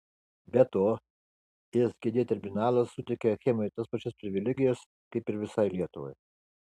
be to sgd terminalas suteikia achemai tas pačias privilegijas kaip ir visai lietuvai